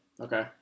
Okay